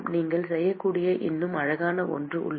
நீங்கள் செய்யக்கூடிய இன்னும் அழகான ஒன்று உள்ளது